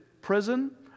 prison